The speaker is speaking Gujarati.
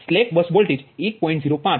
slack bus voltage 1